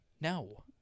No